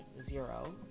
zero